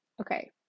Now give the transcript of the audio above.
Okay